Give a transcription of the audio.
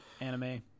anime